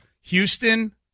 Houston